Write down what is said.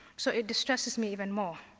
so it distresses me even more.